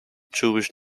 jewish